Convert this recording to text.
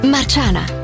Marciana